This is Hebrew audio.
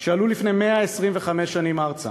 שעלו לפני 125 שנים ארצה.